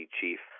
chief